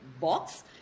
box